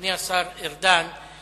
אדוני השר ארדן,